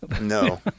No